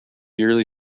yearly